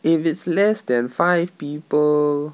if it's less than five people